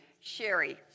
Sherry